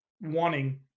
wanting